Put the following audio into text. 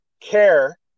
care